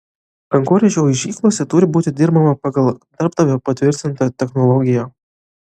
kankorėžių aižyklose turi būti dirbama pagal darbdavio patvirtintą technologiją